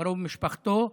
קרוב משפחתו.